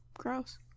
gross